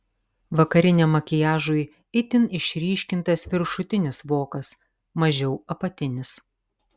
vakariniam makiažui itin išryškintas viršutinis vokas mažiau apatinis